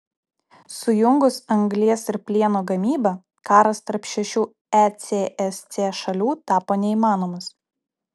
sujungus anglies ir plieno gamybą karas tarp šešių ecsc šalių tapo neįmanomas